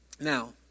Now